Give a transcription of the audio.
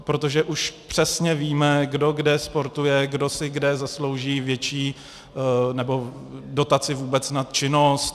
Protože už přesně víme, kdo kde sportuje, kdo si kde zaslouží větší, nebo dotaci vůbec na činnost.